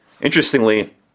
Interestingly